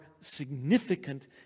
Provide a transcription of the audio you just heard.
significant